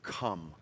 come